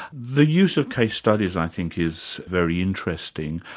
the use of case studies i think is very interesting.